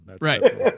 Right